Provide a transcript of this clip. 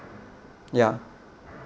ya